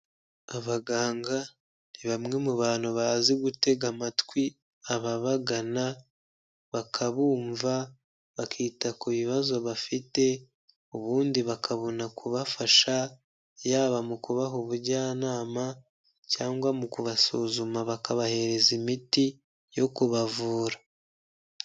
Abaganga ni bamwe mu bantu bazi gutega amatwi ababagana, bakabumva bakita ku bibazo bafite ubundi bakabona kubafasha, yaba mu kubaha ubujyanama cyangwa mu kubasuzuma bakabahereza imiti yo kubavura.